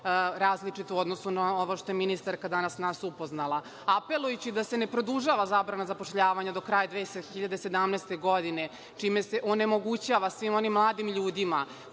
različito u odnosu na ovo na šta na je ministarka danas upoznala. Apelujući da se ne produžava zabrana zapošljavanja do kraja 2017. godine, čime se onemogućava svim onim mladim ljudima